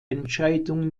entscheidung